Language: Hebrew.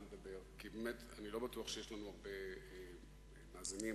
19 נושאים לא דחופים